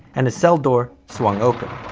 and his cell door swung open.